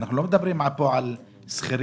אנחנו לא מדברים פה על שכירים